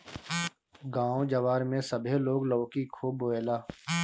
गांव जवार में सभे लोग लौकी खुबे बोएला